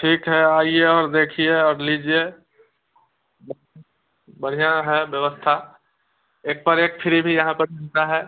ठीक है आईए और देखिए और लीजिए बढ़िया है व्यवस्था एक पर एक फ्री भी यहाँ पर मिलता है